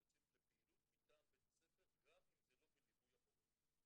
יוצאים לפעילות מטעם בית הספר גם אם זה לא בליווי המורה.